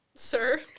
sir